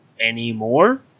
anymore